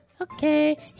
Okay